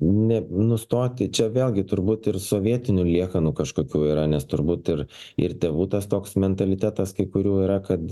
n nustoti čia vėlgi turbūt ir sovietinių liekanų kažkokių yra nes turbūt ir ir tėvų tas toks mentalitetas kai kurių yra kad